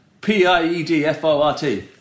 P-I-E-D-F-O-R-T